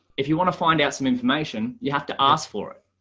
if you want to find out some information, you have to ask for it.